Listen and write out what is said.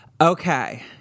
Okay